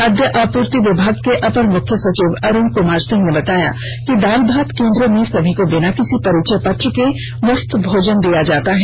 खाद्य आपूर्ति विभाग के अपर मुख्य सचिव अरुण कुमार सिंह ने बताया कि दाल भात केंद्रों में समी को बिना किसी परिचय पत्र के मुफ्त में र्मोजन दिया जाता है